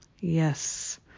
yes